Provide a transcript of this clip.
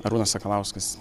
arūnas sakalauskas